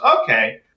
okay